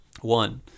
One